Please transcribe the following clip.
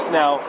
now